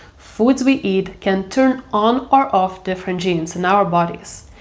foods we eat can turn on or off different genes in our bodies.